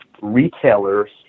retailers